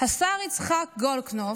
השר יצחק גולדקנופ,